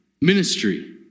ministry